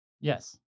Yes